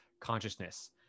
consciousness